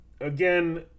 again